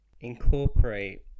incorporate